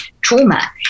trauma